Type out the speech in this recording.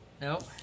Nope